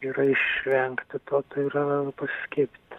yra išvengti to tai yra pasiskiepyti